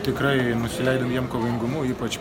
tikrai nusileidom jiem kovingumu ypač